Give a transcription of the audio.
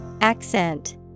Accent